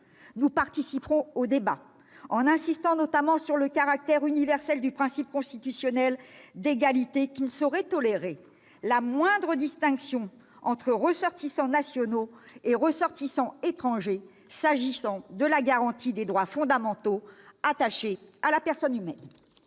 Nous participerons au débat, en insistant notamment sur le caractère universel du principe constitutionnel d'égalité qui ne saurait tolérer la moindre distinction entre ressortissants nationaux et ressortissants étrangers s'agissant de la garantie des droits fondamentaux attachés à la personne.